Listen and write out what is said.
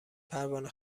پروانه